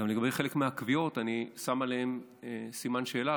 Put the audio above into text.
לגבי חלק מהקביעות, אני שם עליהן סימן שאלה.